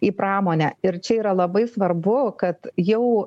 į pramonę ir čia yra labai svarbu kad jau